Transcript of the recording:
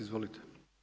Izvolite.